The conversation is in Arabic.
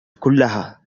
كلها